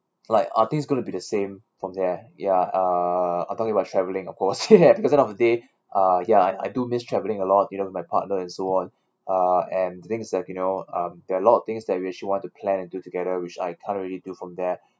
like are things going to be the same from there ya uh I'm talking about traveling of course ya because end of the day uh ya I I do miss traveling a lot you know with my partner and so on uh and the things is that you know um there are a lot of things that we actually want to plan and do together which I can't already do from there